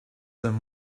them